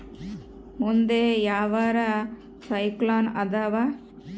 ಮುಂದೆ ಯಾವರ ಸೈಕ್ಲೋನ್ ಅದಾವ?